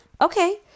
Okay